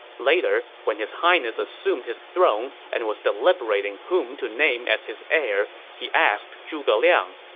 later, when his highness assumed his throne and was deliberating whom to name as his heir, he asked zhuge liang.